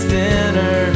dinner